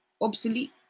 obsolete